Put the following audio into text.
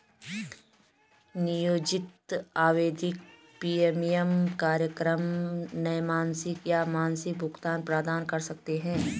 नियोजित आवधिक प्रीमियम कार्यक्रम त्रैमासिक या मासिक भुगतान प्रदान कर सकते हैं